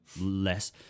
less